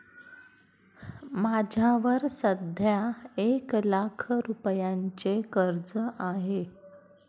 माझ्यावर सध्या एक लाख रुपयांचे कर्ज आहे